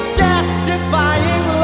death-defying